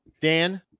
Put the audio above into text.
Dan